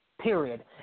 period